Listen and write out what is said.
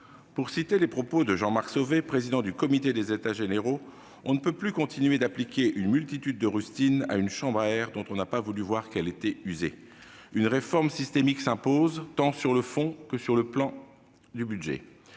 Pour citer les propos de Jean-Marc Sauvé, président du comité des États généraux, « on ne peut plus continuer d'appliquer une multitude de rustines à une chambre à air dont on n'a pas voulu voir qu'elle était totalement usée. » Une réforme systémique s'impose, tant sur le fond que sur le plan du budget.